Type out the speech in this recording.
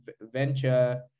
venture